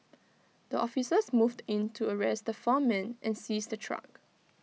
the officers moved in to arrest the four men and seize the truck